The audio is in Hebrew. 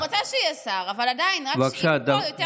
אני רוצה שהוא יהיה שר, אבל עדיין, פה יותר נוח.